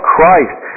Christ